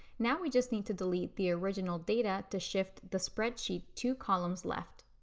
now we just need to delete the original data to shift the spreadsheet two columns left.